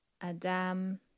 Adam